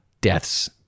death's